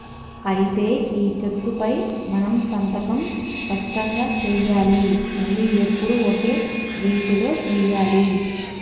అయితే ఈ చెక్కుపై మనం సంతకం స్పష్టంగా సెయ్యాలి మళ్లీ ఎప్పుడు ఒకే రీతిలో సెయ్యాలి